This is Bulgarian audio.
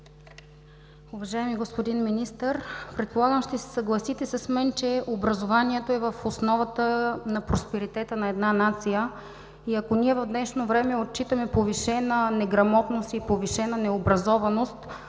Уважаеми господин Министър, предполагам, ще се съгласите с мен, че образованието е в основата на просперитета на една нация, и ако ние в днешно време отчитаме повишена неграмотност и повишена необразованост,